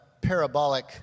parabolic